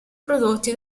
prodotti